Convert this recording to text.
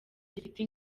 gifite